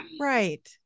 Right